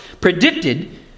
predicted